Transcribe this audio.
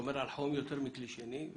שומר על חום יותר מכלי שני,